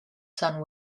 son